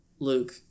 Luke